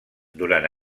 durant